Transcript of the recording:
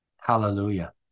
Hallelujah